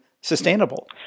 sustainable